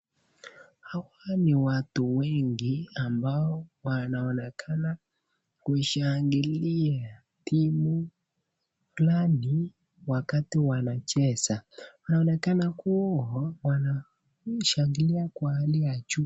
Hawa ni watu wengi ambao wanaonekana kushangilia timu fulani wakati wanacheza wanaonekana kuwa wanashangilia kwa hali ya juu.